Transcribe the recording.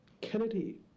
Kennedy